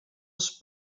els